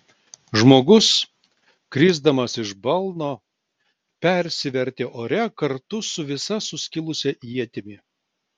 žmogus krisdamas iš balno persivertė ore kartu su visa suskilusia ietimi